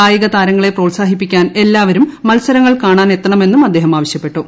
കായിക താരങ്ങളെ പ്രോത്സാഹിപ്പിക്കാൻ എല്ലാവരും മത്സരങ്ങൾ കാണാൻ എത്തണമെന്നും അദ്ദേഹം ആവശ്യപ്പെട്ടു